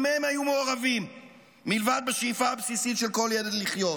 במה הם היו מעורבים מלבד השאיפה הבסיסית של כל ילד לחיות?